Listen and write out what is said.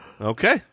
Okay